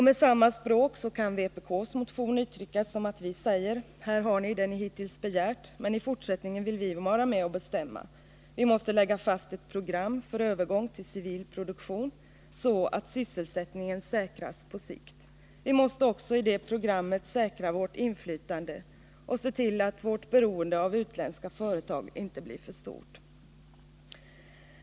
Med samma språk kan vpk:s motion uttryckas som att vi säger: Här har ni det ni hittills begärt, men i fortsättningen vill vi vara med och bestämma. Vi måste lägga fast ett program för övergång till civil produktion så att sysselsättningen säkras på sikt. Vi måste också i det programmet säkra vårt inflytande och se till att vårt beroende av utländska företag inte blir för stort.